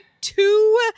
two